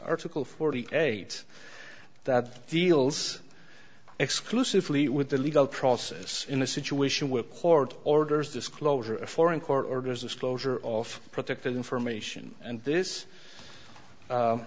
article forty eight that deals exclusively with the legal process in a situation where horde orders disclosure of foreign court orders disclosure of protected information and this